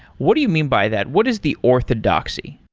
what do you mean by that? what is the orthodoxy?